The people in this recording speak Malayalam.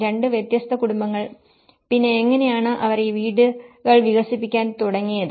രണ്ട് വ്യത്യസ്ത കുടുംബങ്ങൾ പിന്നെ എങ്ങനെയാണ് അവർ ഈ വീടുകൾ വികസിപ്പിക്കാൻ തുടങ്ങിയത്